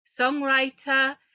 songwriter